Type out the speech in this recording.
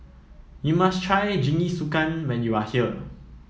you must try Jingisukan when you are here